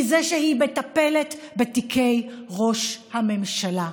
היא שהיא מטפלת בתיקי ראש הממשלה,